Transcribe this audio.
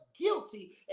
guilty